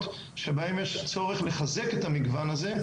שבהן יש צורך לחזק את המגוון הזה,